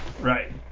Right